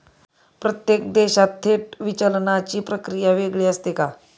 प्रत्येक देशात थेट विचलनाची प्रक्रिया वेगळी असते का?